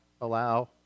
allow